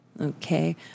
Okay